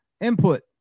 Input